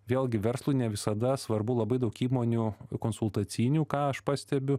vėlgi verslui ne visada svarbu labai daug įmonių konsultacinių ką aš pastebiu